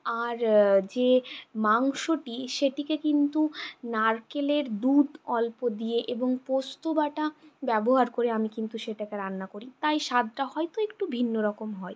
আর যে মাংসটি সেটিকে কিন্তু নারকেলের দুধ অল্প দিয়ে এবং পোস্তবাটা ব্যবহার করে আমি কিন্তু সেটাকে রান্না করি তাই স্বাদটা হয়তো একটু ভিন্ন রকম হয়